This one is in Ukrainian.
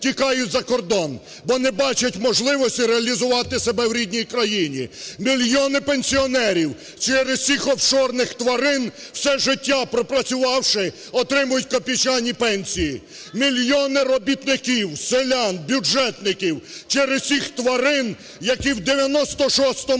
тікають за кордон, бо не бачать можливості реалізувати себе в рідній країні. Мільйони пенсіонерів через цих офшорних тварин, все життя пропрацювавши, отримують копійчані пенсії. Мільйони робітників, селян, бюджетників через цих тварин, які в 96-му